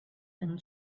and